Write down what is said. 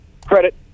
credit